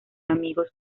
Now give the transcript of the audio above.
amigos